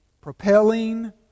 propelling